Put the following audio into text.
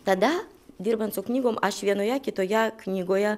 tada dirbant su knygom aš vienoje kitoje knygoje